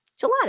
Gelato